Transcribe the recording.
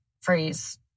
phrase